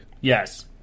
Yes